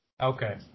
Okay